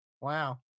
Wow